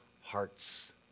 hearts